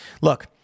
Look